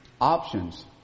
options